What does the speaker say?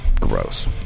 Gross